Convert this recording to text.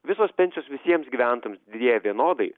visos pensijos visiems gyventojams didėja vienodai